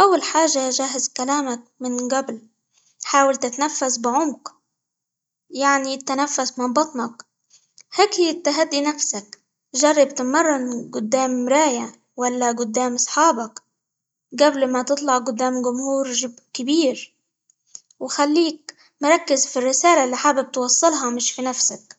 اول حاجة جهز كلامك من قبل، حاول تتنفس بعمق، يعني تنفس من بطنك، -هدى- تهدي نفسك، جرب تمرن قدام مراية، ولا قدام أصحابك قبل ما تطلع قدام جمهور -ج- كبير، وخليك مركز في الرسالة اللي حابب توصلها مش في نفسك.